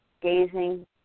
gazing